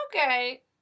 okay